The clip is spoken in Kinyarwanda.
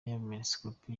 y’abepiskopi